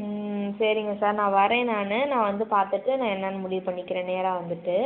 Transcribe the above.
ம் சரிங்க சார் நான் வரேன் நானு நான் வந்து பார்த்துட்டு நான் என்னென்னு முடிவு பண்ணிக்கிறேன் நேராக வந்துகிட்டு